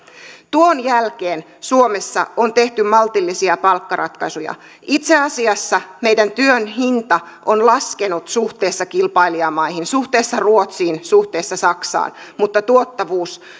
tuon jälkeen suomessa on tehty maltillisia palkkaratkaisuja itse asiassa meidän työn hinta on laskenut suhteessa kilpailijamaihin suhteessa ruotsiin suhteessa saksaan mutta tuottavuus